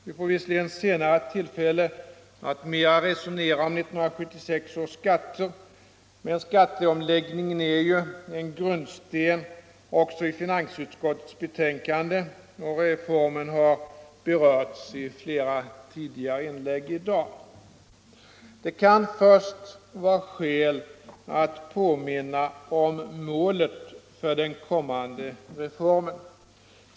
Vi får visserligen senare tillfälle att mera resonera om 1976 års skatter, men skatteomläggningen är ju en grundsten också i finansutskottets betänkande. Reformen har även berörts i flera tidigare inlägg. Det kan först vara skäl att påminna om målet för den kommande reformen.